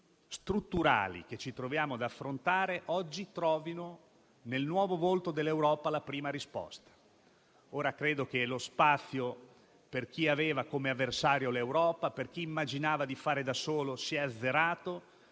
nodi strutturali che ci troviamo ad affrontare oggi trovino nel nuovo volto dell'Europa la prima risposta. Credo che lo spazio per chi aveva come avversario l'Europa, per chi immaginava di fare da solo si è azzerato,